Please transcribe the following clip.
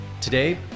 Today